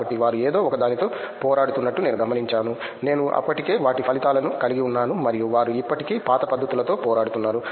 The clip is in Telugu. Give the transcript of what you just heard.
కాబట్టి వారు ఏదో ఒకదానితో పోరాడుతున్నట్లు నేను గమనించాను నేను అప్పటికే వాటి ఫలితాలను కలిగి ఉన్నాను మరియు వారు ఇప్పటికీ పాత పద్ధతులతో పోరాడుతున్నారు